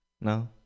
No